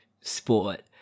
sport